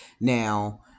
now